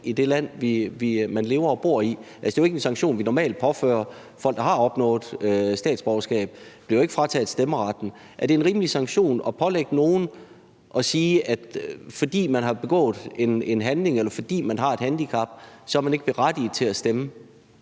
i det land, man lever og bor i? Altså, det er jo ikke en sanktion, vi normalt påfører folk, der har opnået statsborgerskab; de bliver jo ikke frataget stemmeretten. Er det en rimelig sanktion at pålægge nogen at sige, at fordi man har begået en handling, eller fordi man har et handicap, er man ikke berettiget til at stemme?